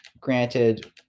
granted